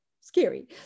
scary